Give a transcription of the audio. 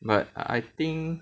but I think